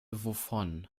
wovon